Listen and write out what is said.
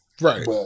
Right